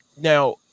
now